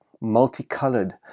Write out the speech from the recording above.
multicolored